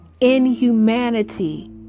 inhumanity